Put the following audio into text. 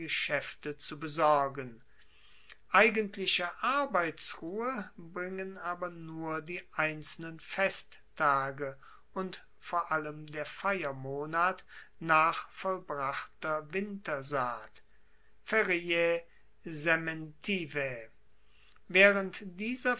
geschaefte zu besorgen eigentliche arbeitsruhe bringen aber nur die einzelnen festtage und vor allem der feiermonat nach vollbrachter wintersaat feriae sementivae waehrend dieser